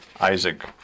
Isaac